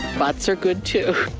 butts are good too.